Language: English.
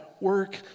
work